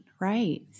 Right